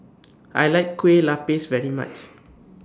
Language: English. I like Kueh Lapis very much